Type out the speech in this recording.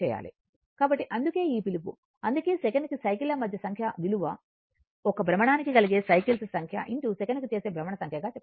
కాబట్టి అందుకే ఈ పిలుపు అందుకే సెకనుకు సైకిల్ ల సంఖ్య విలువ ఒక భ్రమణానికి కలిగే సైకిల్స్ సంఖ్య సెకనుకు చేసే భ్రమణ సంఖ్యగా చెప్పవచ్చు